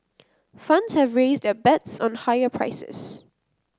funds have raised their bets on higher prices